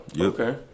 Okay